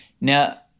Now